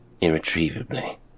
irretrievably